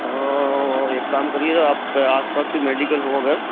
तो एक काम करिएगा आप के आस पास कोई मेडिकल हो अगर